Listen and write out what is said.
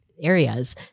areas